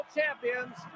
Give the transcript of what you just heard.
Champions